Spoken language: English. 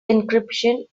encryption